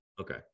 Okay